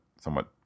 somewhat